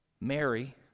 Mary